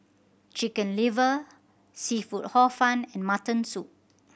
Chicken Liver seafood Hor Fun and mutton soup